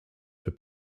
for